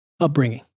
upbringing